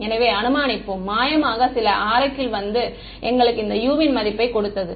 எனவே அனுமானிப்போம் மாயமாக சில ஆரக்கிள் வந்து எங்களுக்கு இந்த U ன் மதிப்பைக் கொடுத்தது